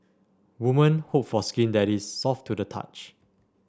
woman hope for skin that is soft to the touch